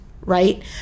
right